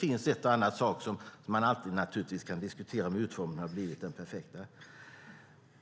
Det finns en och annan sak som man naturligtvis alltid kan diskutera när det gäller om utformningen har blivit den perfekta.